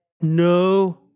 no